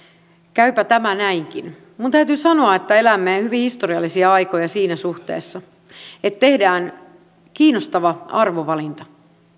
käypä tämä näinkin minun täytyy sanoa että elämme hyvin historiallisia aikoja siinä suhteessa että tehdään kiinnostava arvovalinta